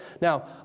now